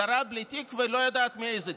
שרה בלי תיק ולא יודעת איזה תיק.